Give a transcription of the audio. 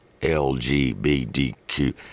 LGBTQ